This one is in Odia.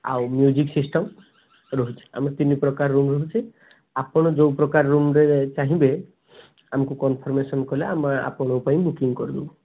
ଆଉ ମ୍ୟୁଜିକ୍ ସିଷ୍ଟମ୍ ରହିଛି ଆମର ତିନି ପ୍ରକାରର ରୁମ୍ ରହୁଛି ଆପଣ ଯେଉଁ ପ୍ରକାର ରୁମ୍ରେ ଚାହିଁବେ ଆମକୁ କନ୍ଫର୍ମେସନ୍ କଲେ ଆମେ ଆପଣଙ୍କ ପାଇଁ ବୁକିଂ କରି ଦେବୁ